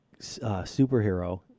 superhero